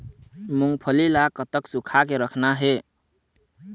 मूंगफली ला कतक सूखा के रखना हे?